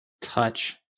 Touch